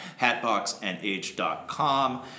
hatboxnh.com